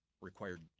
required